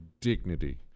dignity